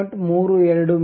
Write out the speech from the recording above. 32 ಮಿ